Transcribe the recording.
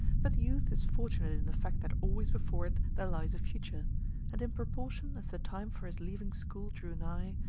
but youth is fortunate in the fact that always before it there lies a future and in proportion as the time for his leaving school drew nigh,